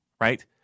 right